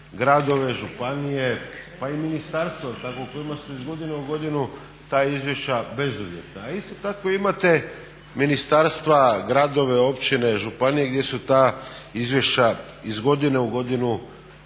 gradove, županije, pa i ministarstva tako kojima su iz godine u godinu ta izvješća bezuvjetna. A isto tako imate ministarstva, gradove, općine, županije gdje su ta izvješća iz godine u godinu